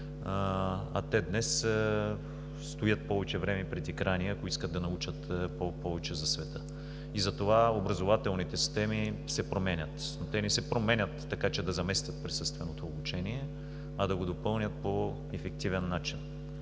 а те днес стоят повече време пред екрани, ако искат да научат повече за света. Затова образователните системи се променят, но те не се променят, така че да заместят присъственото обучение, а да го допълнят по ефективен начин.